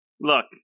Look